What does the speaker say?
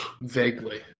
Vaguely